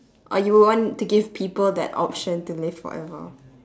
or you would want to give people that option to live forever